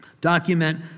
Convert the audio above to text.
document